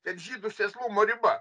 ten žydų sėslumo riba